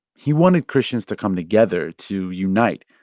he wanted christians to come together to unite,